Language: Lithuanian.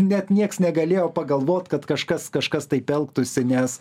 net nieks negalėjo pagalvot kad kažkas kažkas taip elgtųsi nes